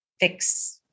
fix